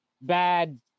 bad